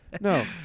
No